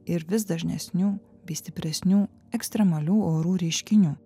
ir vis dažnesnių vis stipresnių ekstremalių orų reiškinių